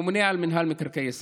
הממונה על מינהל מקרקעי ישראל,